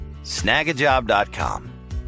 snagajob.com